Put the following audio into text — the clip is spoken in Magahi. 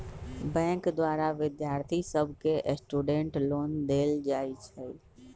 बैंक द्वारा विद्यार्थि सभके स्टूडेंट लोन देल जाइ छइ